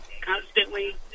constantly